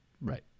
Right